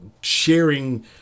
sharing